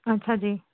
ਅੱਛਾ ਜੀ